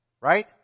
Right